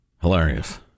Hilarious